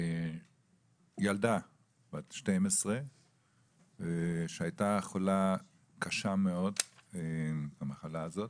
ילדה בת 12 שהייתה חולה קשה מאוד במחלה הזאת,